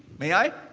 may i?